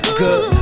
good